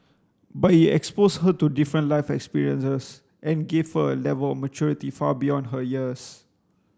but it exposed her to different life experiences and gave her a level of maturity far beyond her years